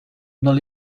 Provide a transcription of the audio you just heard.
dans